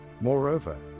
Moreover